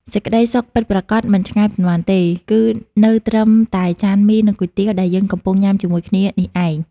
សេចក្តីសុខពិតប្រាកដមិនឆ្ងាយប៉ុន្មានទេ គឺនៅត្រឹមតែចានមី និងគុយទាវដែលយើងកំពុងញ៉ាំជាមួយគ្នានេះឯង។